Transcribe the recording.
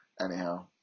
anyhow